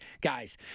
guys